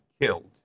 killed